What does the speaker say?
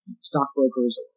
stockbrokers